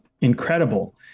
incredible